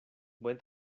buen